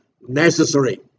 necessary